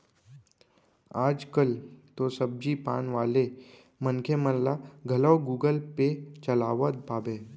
आज कल तो सब्जी पान वाले मनखे मन ल घलौ गुगल पे चलावत पाबे